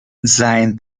sein